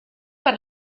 per